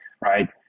right